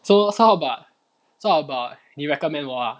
so what about what about 你 recommend 我啊